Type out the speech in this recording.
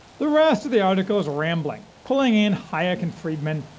the rest of the article is rambling, pulling in hayek and friedman,